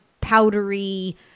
powdery